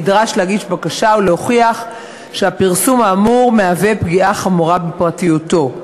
נדרש להגיש בקשה ולהוכיח שהפרסום האמור מהווה פגיעה חמורה בפרטיותו.